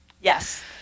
Yes